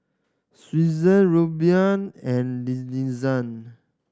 Srinivasa Renu and Nadesan